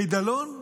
חידלון מושלם.